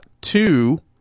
two